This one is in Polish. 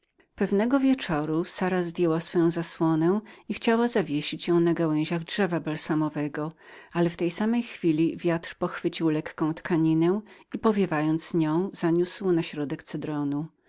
pewnego wieczoru sara zdjęła swoją zazłonęzasłonę i chciała zawiesić ją na gałęziach drzewa balsamowego ale w tej samej chwili wiatr pochwycił lekką tkaninę i podwiewając ją zaniósł na środek